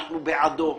אנחנו בעדו.